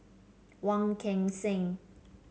Wong Kan Seng